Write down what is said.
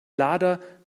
lader